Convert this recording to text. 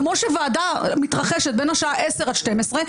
כמו שוועדה מתרחשת בין השעה 10:00 עד 12:00,